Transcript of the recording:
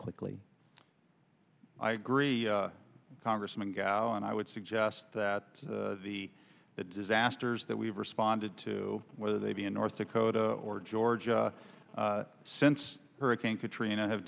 quickly i agree congressman go and i would suggest that the disasters that we've responded to whether they be in north dakota or georgia since hurricane katrina have